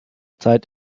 zeit